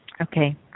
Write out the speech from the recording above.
Okay